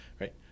right